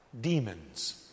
demons